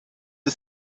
the